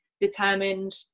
determined